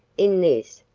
in this,